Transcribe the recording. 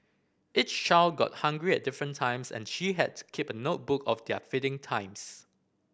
each child got hungry at different times and she had to keep a notebook of their feeding times